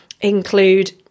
include